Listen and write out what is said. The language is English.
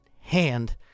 hand